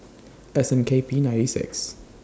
S N K P ninety six